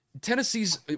Tennessee's